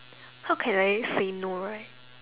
how can I say no right